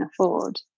afford